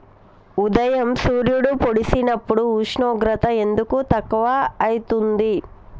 ఉదయం సూర్యుడు పొడిసినప్పుడు ఉష్ణోగ్రత ఎందుకు తక్కువ ఐతుంది?